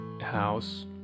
house